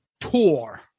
Tour